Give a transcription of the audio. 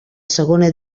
segona